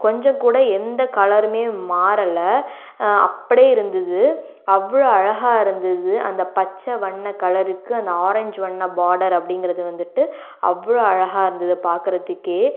கொஞ்சம் கூட எந்த கலருமே மாறல அப்படியே இருந்துது அவ்வளோ அழகாக இருந்துது அந்த பச்சை வண்ண கலருக்கு அந்த ஆரஞ்சு வண்ண பார்டர் அப்படிங்கிறது வந்துவிட்டு அவ்வளோ அழகாக இருந்துது பார்க்குறத்துக்கே